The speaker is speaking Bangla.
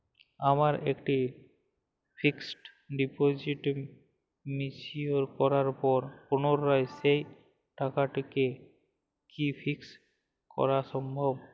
আমার একটি ফিক্সড ডিপোজিট ম্যাচিওর করার পর পুনরায় সেই টাকাটিকে কি ফিক্সড করা সম্ভব?